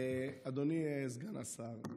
אדוני סגן השר,